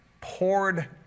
poured